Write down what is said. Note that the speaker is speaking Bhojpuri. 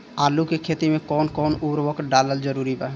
आलू के खेती मे कौन कौन उर्वरक डालल जरूरी बा?